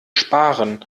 sparen